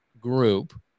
group